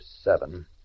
seven